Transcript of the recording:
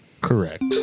Correct